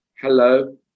hello